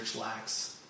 lacks